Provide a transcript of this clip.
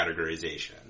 categorization